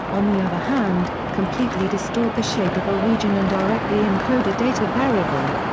on the other hand, completely distort the shape of a region and directly encode a data variable.